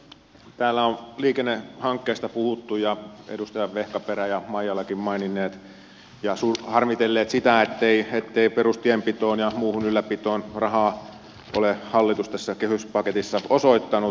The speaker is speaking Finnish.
täällä on liikennehankkeista puhuttu ja edustaja vehkaperä ja maijalakin maininneet ja harmitelleet sitä ettei perustienpitoon ja muuhun ylläpitoon hallitus ole tässä kehyspaketissa rahaa osoittanut